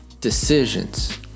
decisions